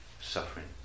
suffering